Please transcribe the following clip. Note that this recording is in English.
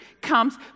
comes